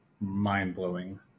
mind-blowing